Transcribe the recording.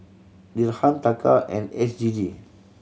Dirham Taka and S G D